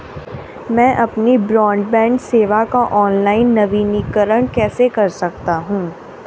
मैं अपनी ब्रॉडबैंड सेवा का ऑनलाइन नवीनीकरण कैसे कर सकता हूं?